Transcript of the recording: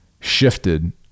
shifted